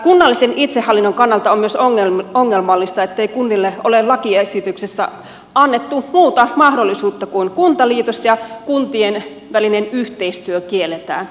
kunnallisen itsehallinnon kannalta on myös ongelmallista ettei kunnille ole lakiesityksessä annettu muuta mahdollisuutta kuin kuntaliitos ja että kuntien välinen yhteistyö kielletään